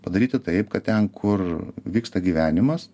padaryti taip kad ten kur vyksta gyvenimas